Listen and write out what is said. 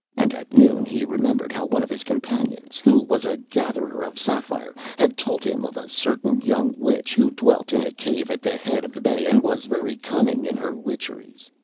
and at noon he remembered how one of his companions, who was a gatherer of samphire, had told him of a certain young witch who dwelt in a cave at the head of the bay and was very cunning in her witcheries.